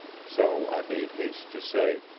so i made haste to say